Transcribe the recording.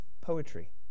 Poetry